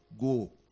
go